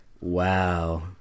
Wow